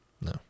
No